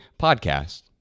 podcast